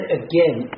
again